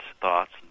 thoughts